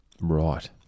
Right